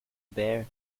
bear